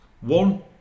One